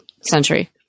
century